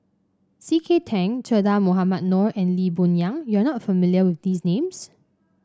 C K Tang Che Dah Mohamed Noor and Lee Boon Yang you are not familiar with these names